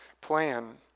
plan